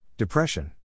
Depression